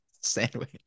Sandwich